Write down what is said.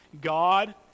God